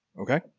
Okay